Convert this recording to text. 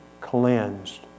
cleansed